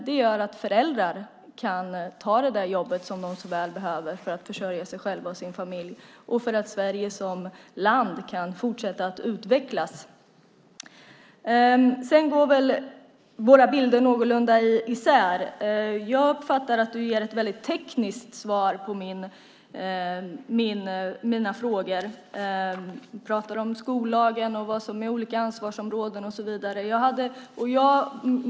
Det gör att föräldrar kan ta det där jobbet de så väl behöver för att försörja sig själva och sin familj, och det gör att Sverige som land kan fortsätta att utvecklas. Sedan går väl våra bilder isär något. Jag uppfattar att du ger ett väldigt tekniskt svar på mina frågor, ministern - du pratar om skollagen, vad som är olika ansvarsområden och så vidare.